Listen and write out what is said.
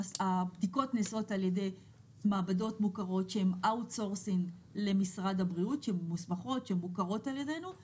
מעבדות מאושרות על ידי הממונה על